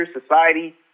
society